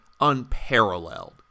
unparalleled